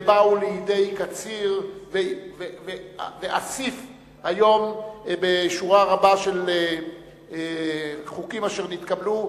באו לידי קציר ואסיף היום בשורה רבה של חוקים אשר נתקבלו,